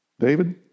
David